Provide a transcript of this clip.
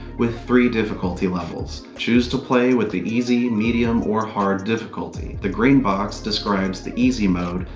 with three difficulty levels. choose to play with the easy, medium, or hard difficulty. the green box describes the easy mode,